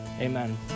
amen